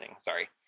Sorry